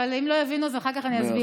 אבל אם לא יבינו אז אחר כך אני אסביר.